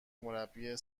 مربی